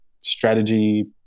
strategy